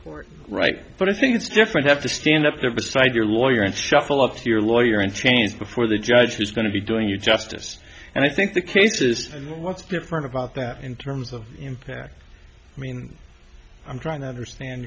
record right but i think it's different have to stand up there beside your lawyer and shuffle up to your lawyer in chains before the judge who's going to be doing you justice and i think the case is what's different about that in terms of impact i mean i'm trying to understand